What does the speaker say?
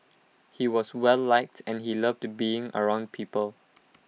he was well liked and he loved being around people